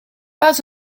pas